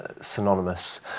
synonymous